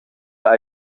hai